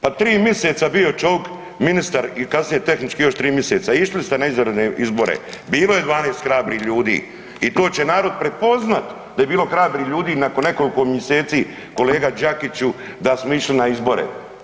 Pa 3 miseca bio je čovik ministar i kasnije tehnički još 3 miseca, išli ste na izvanredne izbore, bilo je 12 hrabrih ljudi i to će narod prepoznat da je bilo hrabrih ljudi nakon nekolko mjeseci kolega Đakiću da smo išli na izbore.